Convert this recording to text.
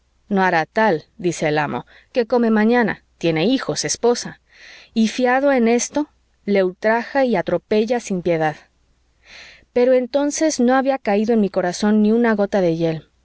no hará tal dice el amo qué come mañana tiene hijos esposa y fiado en esto le ultraja y atropella sin piedad pero entonces no había caído en mi corazón ni una gota de hiel